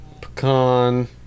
pecan